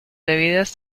bebidas